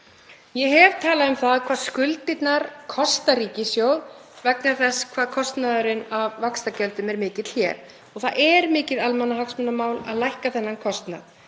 Ég hef talað um það hvað skuldirnar kosta ríkissjóð vegna þess hve kostnaðurinn af vaxtagjöldum er mikill og það er mikið almannahagsmunamál að lækka þann kostnað.